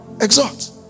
exhort